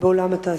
בעולם התעסוקה?